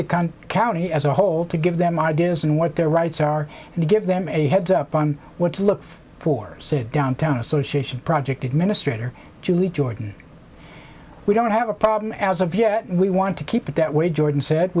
con county as a whole to give them ideas and what their rights are and to give them a heads up on what to look for said downtown association project administrator julie jordan we don't have a problem as of yet we want to keep it that way jordan said